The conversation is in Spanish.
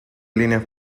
líneas